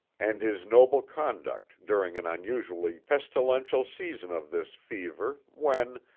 and his noble conduct during an unusually pestilential season of this fever when,